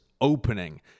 opening